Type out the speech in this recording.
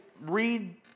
read